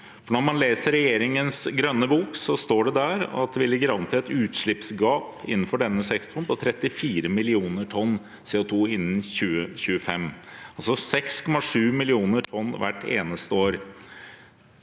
Når man leser i regjeringens grønne bok, står det at vi ligger an til et utslippsgap innenfor denne sektoren på 34 millioner tonn CO2 innen 2025 – 6,7 millioner tonn hvert eneste år,